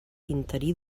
interí